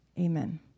Amen